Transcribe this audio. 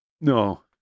No